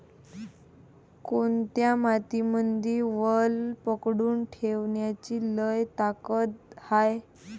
कोनत्या मातीमंदी वल पकडून ठेवण्याची लई ताकद हाये?